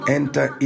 enter